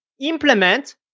implement